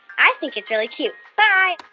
i think it's really cute. bye